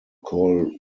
call